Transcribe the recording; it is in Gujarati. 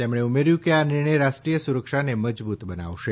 તેમણે ઉમેર્યું કે આ નિર્ણય રાષ્ટ્રીય સુરક્ષાને મજબૂત બનાવશે